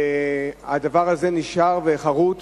הדבר הזה נשאר חרוט